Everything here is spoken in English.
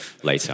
later